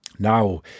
Now